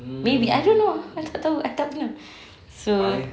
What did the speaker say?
maybe I don't know I tak tahu I tak pernah so